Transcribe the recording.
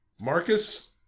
Marcus